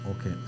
Okay